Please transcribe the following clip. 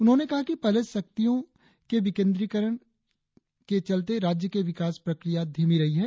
उन्होंने कहा कि पहले शक्तियों केंद्रीयकरण के चलते राज्य में विकास प्रक्रिया धीमी रही है